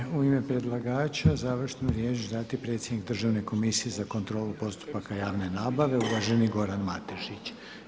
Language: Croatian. I sada će u ime predlagača završnu riječ dati predsjednik Državne komisije za kontrolu postupaka javne nabave, uvaženi Goran Matešić.